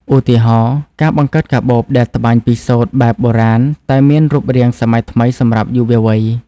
ឧទាហរណ៍ ការបង្កើតកាបូបដែលត្បាញពីសូត្របែបបុរាណតែមានរូបរាងសម័យថ្មីសម្រាប់យុវវ័យ។